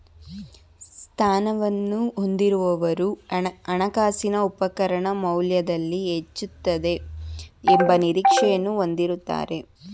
ಸ್ಥಾನವನ್ನು ಹೊಂದಿರುವವರು ಹಣಕಾಸಿನ ಉಪಕರಣ ಮೌಲ್ಯದಲ್ಲಿ ಹೆಚ್ಚುತ್ತದೆ ಎಂಬ ನಿರೀಕ್ಷೆಯನ್ನು ಹೊಂದಿರುತ್ತಾರೆ